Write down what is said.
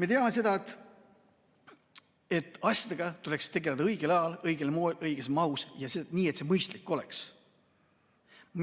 Me teame seda, et asjadega tuleks tegeleda õigel ajal, õigel moel, õiges mahus ja nii, et see mõistlik oleks.